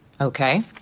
Okay